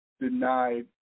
denied